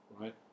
right